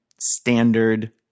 standard